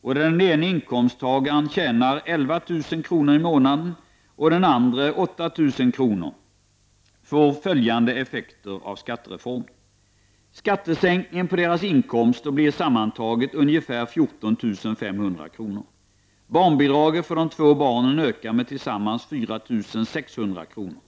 och där den ene inkomsttagaren tjänar 11 000 kr. i månaden och den andra 8 000 kr. i månaden, får följande effekter av skattereformen. Skattesänkningen på deras inkomster blir sammantaget ca 14 500 kr. Barnbidraget för de två barnen ökar med tillsammans 4 600 kr.